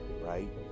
right